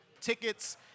tickets